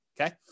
okay